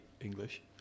English